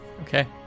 Okay